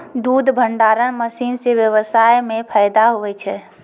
दुध भंडारण मशीन से व्यबसाय मे फैदा हुवै छै